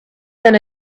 than